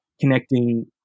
connecting